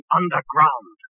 underground